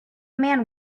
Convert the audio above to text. man